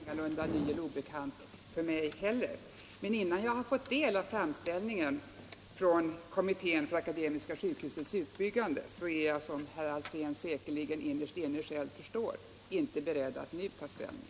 Herr talman! Som herr Alsén förmodade är frågan ingalunda ny och obekant för mig heller. Men, som herr Alsén säkerligen innerst inne själv förstår, är jag nu innan jag fått del av framställningen från kommittén för Akademiska sjukhusets i Uppsala utbyggande inte beredd att ta ställning.